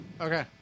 okay